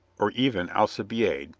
or even alcibiade,